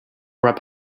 were